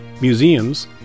museums